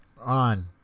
on